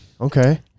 okay